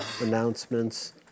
announcements